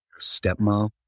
stepmom